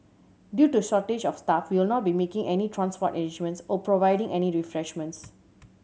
due to shortage of staff we will not be making any transport arrangements or providing any refreshments